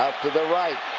to the right.